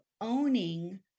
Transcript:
owning